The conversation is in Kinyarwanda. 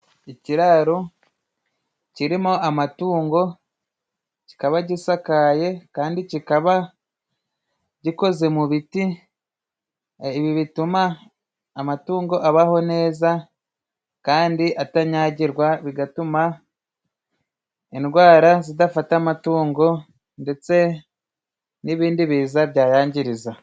Ikiraro kirimo amatungo ,kikaba gisakaye kandi kikaba gikoze mu biti, ibi bituma amatungo abaho neza kandi atanyagirwa ,bigatuma indwara zidafata amatungo ndetse n'ibindi biza byayangiiza.